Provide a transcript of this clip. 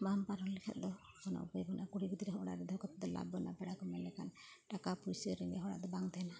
ᱵᱟᱢ ᱯᱟᱨᱚᱢ ᱞᱮᱠᱷᱟᱡ ᱫᱚ ᱠᱚᱱᱚ ᱩᱯᱟᱹᱭ ᱵᱟᱱᱩᱜᱼᱟ ᱠᱩᱲᱤ ᱜᱤᱫᱽᱨᱟᱹ ᱦᱚᱸ ᱚᱲᱟᱜ ᱨᱮ ᱫᱚᱦᱚ ᱠᱟᱛᱮ ᱞᱟᱵ ᱵᱟᱹᱱᱩᱜᱼᱟ ᱯᱮᱲᱟ ᱠᱚ ᱢᱮᱱ ᱞᱮᱠᱷᱟᱱ ᱴᱟᱠᱟ ᱯᱩᱭᱥᱟᱹ ᱨᱮᱸᱜᱮᱡ ᱦᱚᱲᱟᱜ ᱫᱚ ᱵᱟᱝ ᱛᱟᱦᱮᱱᱟ